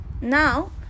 Now